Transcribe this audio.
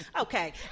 Okay